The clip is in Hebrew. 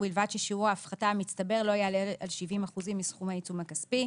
ובלבד ששיעור ההפחתה המצטבר לא יעלה על 70 אחוזים מסכום העיצום הכספי.